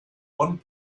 one